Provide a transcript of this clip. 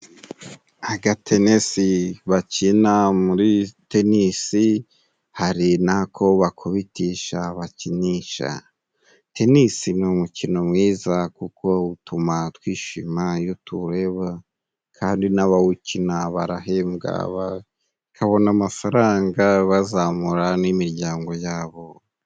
Agatenesi bakina muri tenisi hari nako bakubitisha bakinisha. Tenisi ni umukino mwiza kuko utuma twishima iyo tuwureba kandi n'abawukina barahembwa bakabona amafaranga bazamura n'imiryango yabo.